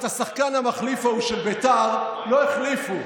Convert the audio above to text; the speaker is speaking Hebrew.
את השחקן המחליף ההוא של בית"ר לא החליפו,